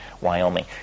Wyoming